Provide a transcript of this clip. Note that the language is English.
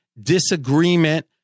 disagreement